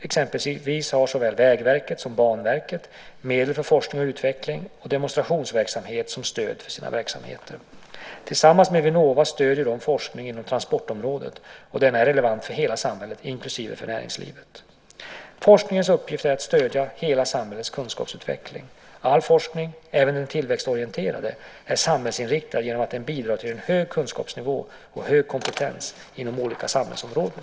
Exempelvis har såväl Vägverket som Banverket medel för forskning, utveckling och demonstrationsverksamhet som stöd för sina verksamheter. Tillsammans med Vinnova stöder de forskning inom transportområdet, och denna är relevant för hela samhället, inklusive för näringslivet. Forskningens uppgift är att stödja hela samhällets kunskapsutveckling. All forskning, även den tillväxtorienterade, är samhällsinriktad genom att den bidrar till en hög kunskapsnivå och hög kompetens inom olika samhällsområden.